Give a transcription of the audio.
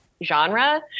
genre